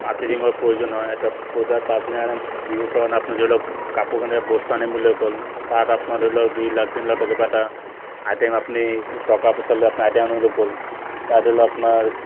প্ৰয়োজন হয় এটা পূজা পাঁচ দিন বিহুৰ কাৰণ আপোনাৰ ধৰি লওক কাপোৰ কানি বস্তু আনিবলৈ গ'ল তাত আপোনাৰ ধৰি লওক দুই লাখ তিনি লাখ কিবা এটা আইটেম আপুনি টকা পইচা লৈ আপোনাৰ আইটেম আনিবলৈ গ'ল তাত ধৰি লওক আপোনাৰ